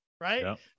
right